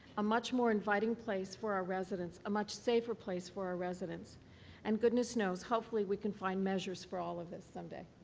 a much more inviting place for our residents, a much safer place for our residents and goodness knows, hopefully, we can find measures for all of this someday.